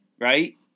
right